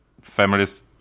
families